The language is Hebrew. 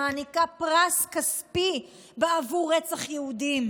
שמעניקה פרס כספי בעבור רצח יהודים.